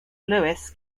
lois